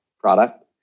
product